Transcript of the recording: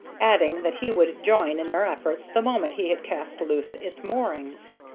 adding that he would join in their efforts the moment he had cast loose its moorings.